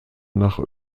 nach